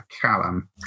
callum